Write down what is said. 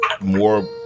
more